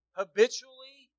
habitually